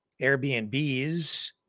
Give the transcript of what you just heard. Airbnbs